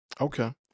Okay